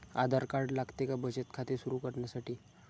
आधार card लागते का बचत खाते सुरू करण्यासाठी?